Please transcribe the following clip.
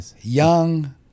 young